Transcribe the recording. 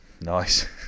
Nice